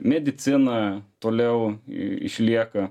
medicina toliau išlieka